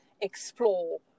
explore